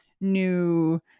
new